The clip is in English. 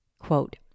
Quote